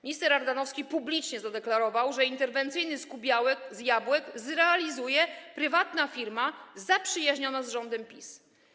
Minister Ardanowski publicznie zadeklarował, że interwencyjny skup jabłek zrealizuje prywatna firma „zaprzyjaźniona” z rządem PiS.